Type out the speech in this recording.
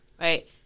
right